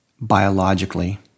biologically